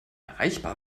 erreichbar